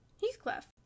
Heathcliff